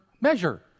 measure